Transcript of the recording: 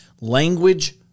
language